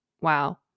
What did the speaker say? wow